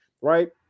right